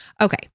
okay